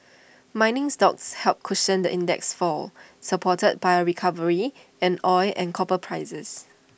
mining stocks helped cushion the index's fall supported by A recovery in oil and copper prices